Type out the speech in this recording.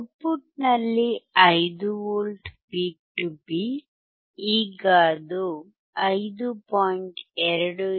output ನಲ್ಲಿ 5V peak to peak ಈಗ ಅದು 5